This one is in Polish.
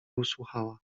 usłuchała